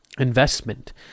investment